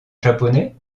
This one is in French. japonais